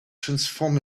transform